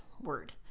word